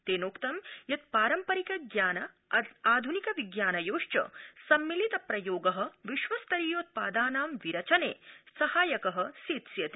तक्रीीत यत् पारम्परिक ज्ञान आधुनिक विज्ञानयोश्व सम्मिलित प्रयोग विश्वस्तरीयोत्पादानां विरचनसिहायक सस्सिति